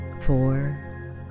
four